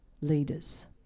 leaders